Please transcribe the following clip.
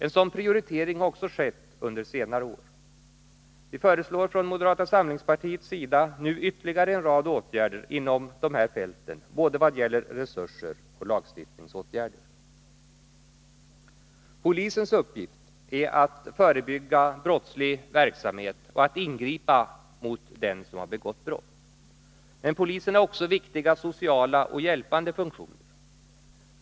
En sådan prioritering har också skett under senare år. Vi föreslår från moderata samlingspartiets sida nu ytterligare en rad åtgärder inom dessa fält vad gäller både resurser och lagstiftningsåtgärder. Polisens uppgift är att förebygga brottslig verksamhet och att ingripa mot den som begått brott. Men polisen har också viktiga sociala och hjälpande funktioner.